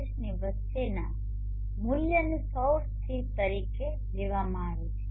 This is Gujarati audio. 37 ની વચ્ચેના મૂલ્યને સૌર સ્થિર તરીકે લેવામાં આવે છે